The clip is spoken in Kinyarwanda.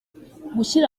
gushyira